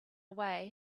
way